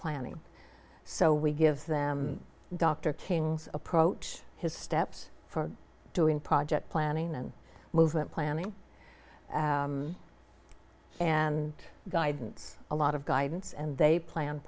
planning so we give them dr king's approach his steps for doing project planning and movement planning and guidance a lot of guidance and they plan